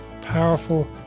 powerful